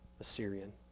Assyrian